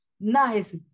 Nice